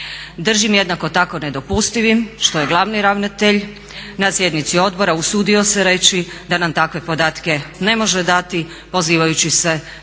Držim jednako tako nedopustivim što je glavni ravnatelj na sjednici odbora usudio se reći da nam takve podatke ne može dati pozivajući se na niz